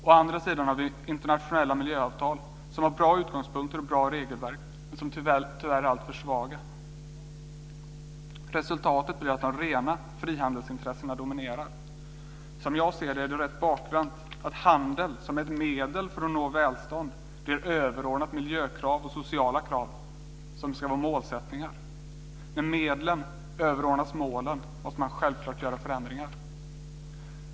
Å andra sidan har vi internationella miljöavtal som har bra utgångspunkter och ett bra regelverk men som tyvärr är alltför svaga. Resultatet är att de rena frihandelsintressena dominerar. Som jag ser det är det rätt bakvänt att handeln som ett medel för att nå välstånd är överordnat miljökrav och sociala krav - som ska vara målsättningar. När medlen överordnas målen måste man självklart göra förändringar.